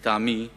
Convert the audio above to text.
לטעמי,